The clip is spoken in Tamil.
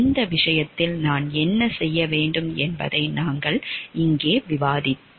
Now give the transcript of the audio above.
இந்த விஷயத்தில் நான் என்ன செய்ய வேண்டும் என்பதை நாங்கள் இங்கே விவாதிப்போம்